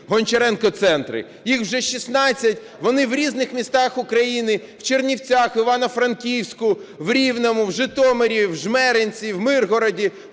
"Гончаренко центри", їх вже 16, вони в різних містах України: в Чернівцях, в Івано-Франківську, в Рівному, в Житомирі, в Жмеринці, в Миргороді,